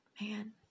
man